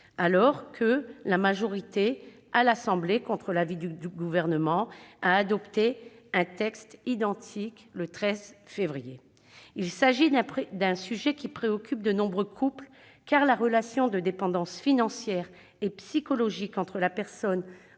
alors que la majorité à l'Assemblée nationale, contre l'avis du Gouvernement, a adopté un texte en ce sens le 13 février. Il s'agit d'un sujet qui préoccupe de nombreux couples, car la relation de dépendance financière et psychologique entre la personne